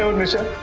so nisha?